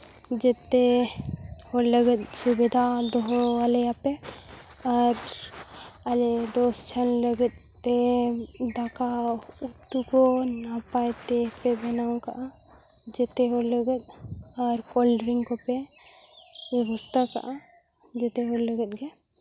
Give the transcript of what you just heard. ᱡᱚᱛᱚ ᱦᱚᱲ ᱞᱟᱹᱜᱤᱫ ᱥᱩᱵᱤᱫᱷᱟ ᱫᱚᱦᱚᱣᱟᱞᱮᱭᱟᱯᱮ ᱟᱨ ᱟᱞᱮ ᱫᱚᱥ ᱡᱚᱱ ᱞᱟᱹᱜᱤᱫ ᱛᱮ ᱫᱟᱠᱟ ᱟᱨ ᱩᱛᱩ ᱠᱚ ᱱᱟᱯᱟᱭ ᱛᱮᱯᱮ ᱵᱮᱱᱟᱣ ᱠᱟᱜᱼᱟ ᱡᱚᱛᱚ ᱦᱚᱲ ᱞᱟᱹᱜᱤᱫ ᱟᱨ ᱠᱳᱞ ᱰᱨᱤᱝᱥ ᱠᱚᱯᱮ ᱵᱮᱵᱚᱥᱛᱟ ᱠᱟᱜᱼᱟ ᱡᱚᱛᱚ ᱦᱚᱲ ᱞᱟᱹᱜᱤᱫ ᱜᱮ